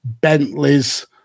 Bentley's